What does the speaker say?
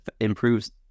improves